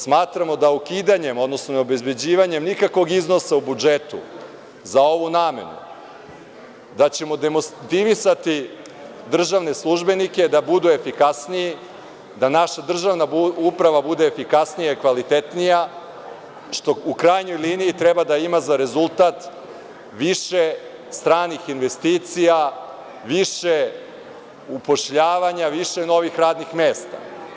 Smatramo da ukidanjem, odnosno neobezbeđivanjem nikakvog iznosa u budžetu za ovu namenu, da ćemo demotivisati državne službenike da budu efikasniji, da naša državna uprava bude efikasnija i kvalitetnija, što u krajnjoj liniji treba da ima za rezultat više stranih investicija, više upošljavanja, više novih radnih mesta.